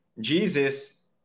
jesus